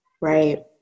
Right